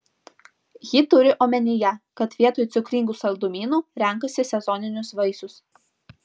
ji turi omenyje kad vietoj cukringų saldumynų renkasi sezoninius vaisius